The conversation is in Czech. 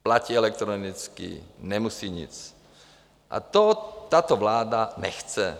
Platí elektronicky, nemusí nic, a to tato vláda nechce.